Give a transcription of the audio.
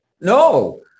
No